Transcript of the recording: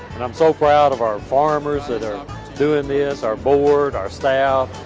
i'm so proud of our farmers that are doing this. our board. our staff.